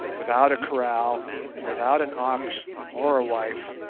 without a kraal and without an ox or a wife,